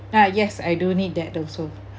ah yes I do need that also